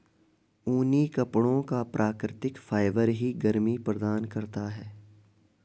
ऊनी कपड़ों का प्राकृतिक फाइबर ही गर्मी प्रदान करता है